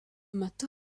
metu